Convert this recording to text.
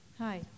Hi